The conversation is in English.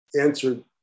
answered